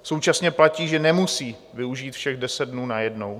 Současně platí, že nemusí využít všech deset dnů najednou.